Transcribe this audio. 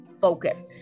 focus